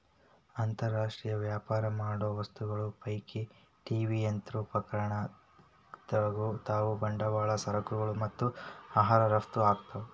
ಅಂತರ್ ರಾಷ್ಟ್ರೇಯ ವ್ಯಾಪಾರ ಮಾಡೋ ವಸ್ತುಗಳ ಪೈಕಿ ಟಿ.ವಿ ಯಂತ್ರೋಪಕರಣಗಳಂತಾವು ಬಂಡವಾಳ ಸರಕುಗಳು ಮತ್ತ ಆಹಾರ ರಫ್ತ ಆಕ್ಕಾವು